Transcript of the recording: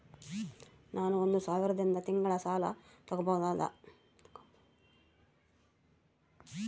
ನಾನು ಒಂದು ಸಾವಿರದಿಂದ ತಿಂಗಳ ಸಾಲ ತಗಬಹುದಾ?